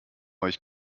euch